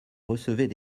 recevait